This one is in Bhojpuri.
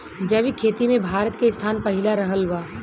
जैविक खेती मे भारत के स्थान पहिला रहल बा